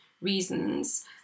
reasons